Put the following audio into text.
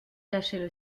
cachaient